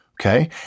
okay